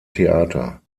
theater